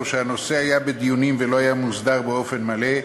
שבה הנושא היה בדיונים ולא היה מוסדר באופן מלא,